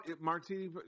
Martini